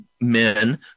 men